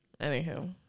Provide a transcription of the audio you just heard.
anywho